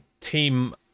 team